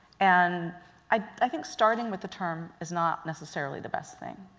and i think starting with the term is not necessarily the best thing,